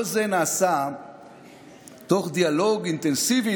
כל זה נעשה תוך דיאלוג אינטנסיבי,